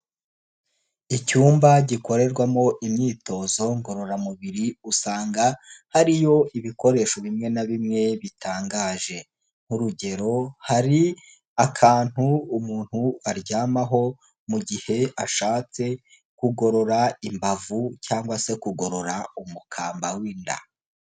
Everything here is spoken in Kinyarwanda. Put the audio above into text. Icyumba gikorerwamo imyitozo ngororamubiri, usanga hariyo ibikoresho bimwe na bimwe bitangaje, nk'urugero hari akantu umuntu aryamaho mu gihe ashatse kugorora imbavu cyangwa se kugorora umukamba w'inda.